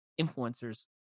influencer's